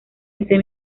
ese